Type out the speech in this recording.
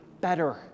better